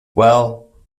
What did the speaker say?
well